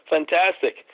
Fantastic